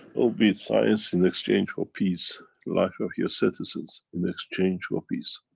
will be science in exchange for peace life of your citizens in exchange for peace.